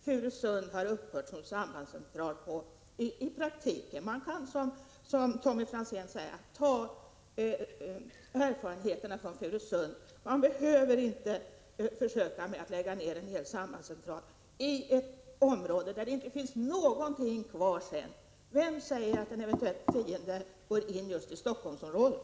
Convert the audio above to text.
Furusund har i praktiken upphört som sambandscentral. Som Tommy Franzén säger kan man ta erfarenheterna från Furusund — man behöver inte lägga ner ytterligare en sambandscentral, i ett område där det sedan inte finns någonting kvar. Vem säger att en eventuell fiende går in just i Stockholmsområdet?